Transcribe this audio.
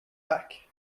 back